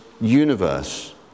universe